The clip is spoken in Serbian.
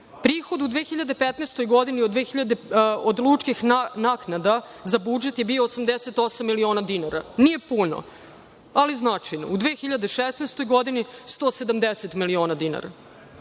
u 2015. godini od lučkih naknada za budžet je bio 88 miliona dinara. Nije puno, ali znači, u 2016. godini 170 miliona dinara.